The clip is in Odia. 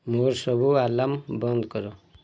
ମୋର ସବୁ ଆଲାର୍ମ ବନ୍ଦ କର